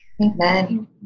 Amen